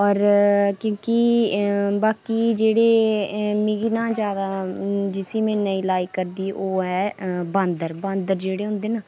और क्योंकि बाकी जेह्ड़े मिगी निं जैदा जिसी में नेईं लायक करदी ओह् ऐ बांदर बांदर जेह्ड़े होंदे न